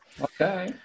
Okay